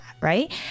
right